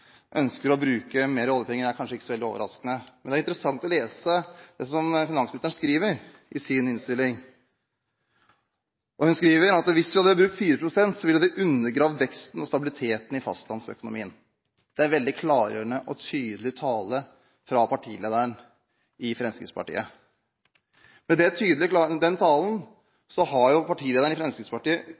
ønsker å bruke mer oljepenger, er kanskje ikke så veldig overraskende, men det er interessant å lese det finansministeren skriver i sin innstilling. Hun skriver at hvis vi hadde brukt 4 pst., «ville det undergravd vekstevnen og stabiliteten i fastlandsøkonomien». Det er veldig klargjørende og tydelig tale fra partilederen i Fremskrittspartiet. Med den talen har jo partilederen i Fremskrittspartiet